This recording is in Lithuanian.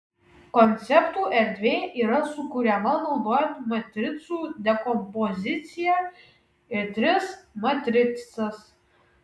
konceptų erdvė yra sukuriama naudojant matricų dekompoziciją į tris matricas